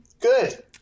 Good